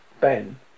Ben